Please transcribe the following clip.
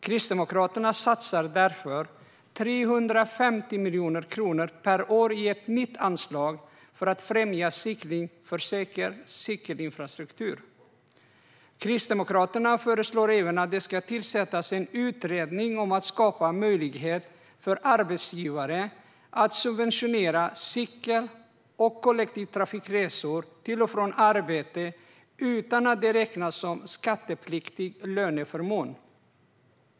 Kristdemokraterna satsar därför 350 miljoner kronor per år i ett nytt anslag för att främja cykling och för säker cykelinfrastruktur. Kristdemokraterna föreslår även att det ska tillsättas en utredning om att skapa möjlighet för arbetsgivare att subventionera cykel och kollektivtrafikresor till och från arbetet utan att det räknas som skattepliktig löneförmån.